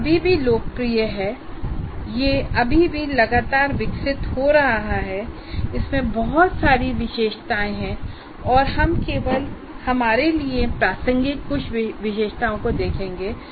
यह अभी भी लोकप्रिय है यह अभी भी लगातार विकसित हो रहा है इसमें बहुत सारी विशेषताएं हैं और हम केवल हमारे लिए प्रासंगिक कुछ विशेषताओं को देखेंगे